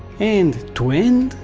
and to end,